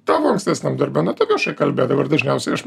tavo ankstesniam darbe na tu viešai kalbėdavai ir dažniausiai aš